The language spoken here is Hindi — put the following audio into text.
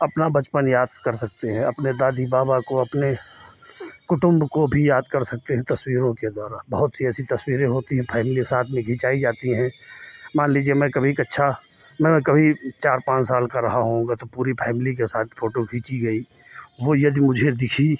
अपना बचपन याद कर सकते हैं अपने दादी बाबा को अपने कुटुम्ब को भी याद कर सकते हैं तस्वीरों के द्वारा बहुत सी ऐसी तस्वीरें होती हैं फैमिली साथ में खिंचाई जाती हैं मान लीजिए मैं कभी कक्षा मैं कभी चार पाँच साल का रहा होऊँगा तो पूरी फैमिली के साथ फोटो खींची गई वो यदि मुझे दिखी